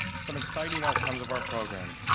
some exciting outcomes of our program.